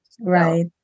right